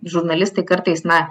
žurnalistai kartais na